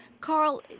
Carl